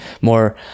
more